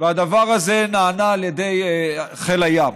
והדבר הזה נענה על ידי חיל הים.